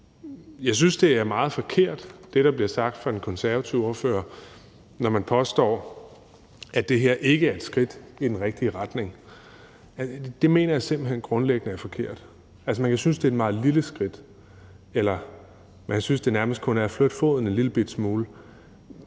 jeg synes, at det, der bliver sagt af den konservative ordfører, er meget forkert, når man påstår, at det her ikke er et skridt i den rigtige retning. Det mener jeg simpelt hen grundlæggende er forkert. Man kan synes, det er et meget lille skridt, eller man kan synes, det nærmest kun er at flytte foden en lillebitte